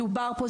דובר פה,